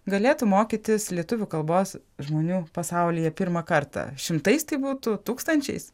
galėtų mokytis lietuvių kalbos žmonių pasaulyje pirmą kartą šimtais tai būtų tūkstančiais